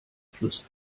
fluss